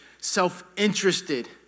self-interested